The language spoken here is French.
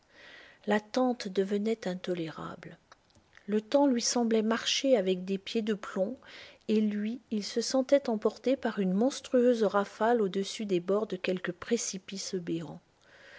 froides l'attente devenait intolérable le temps lui semblait marcher avec des pieds de plomb et lui il se sentait emporter par une monstrueuse rafale au-dessus des bords de quelque précipice béant